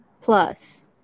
Plus